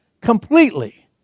completely